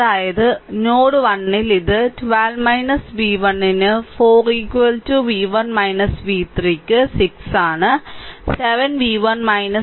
അതായത് നോഡ് 1 ൽ ഇത് 12 v1 ന് 4 v1 v3 ന് 6